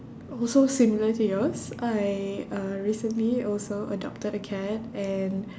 also similar to yours I uh recently also adopted a cat and